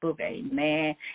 Amen